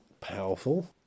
powerful